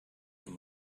him